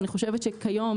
אני חושבת שכיום,